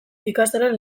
ikastolen